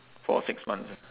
for six months ah